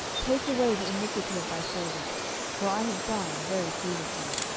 take away the iniquity of thy servant for i have done very foolishly.